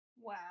Wow